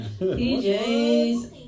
PJs